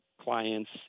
clients